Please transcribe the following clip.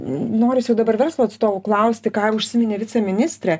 noris jau dabar verslo atstovų klausti ką užsiminė viceministrė